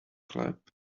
clap